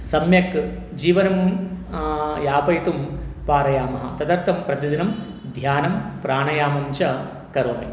सम्यक् जीवनं यापयितुं कारयामः तदर्थं प्रतिदिनं ध्यानं प्राणायामञ्च करोमि